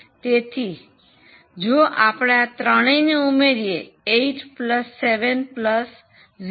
તેથી જો આપણે આ ત્રણને ઉમેરીએ 8 70